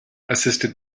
assisted